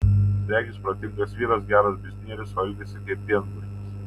regis protingas vyras geras biznierius o elgiasi kaip pienburnis